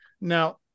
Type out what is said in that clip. Now